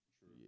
True